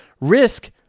Risk